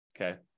okay